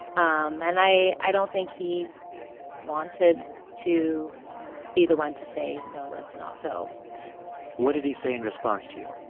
um and i i don't think he wanted to be the one to say, no. let's not go what did he say in response to you?